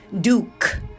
Duke